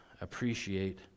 appreciate